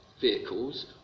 vehicles